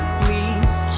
please